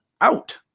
out